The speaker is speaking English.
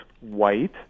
white